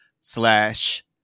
slash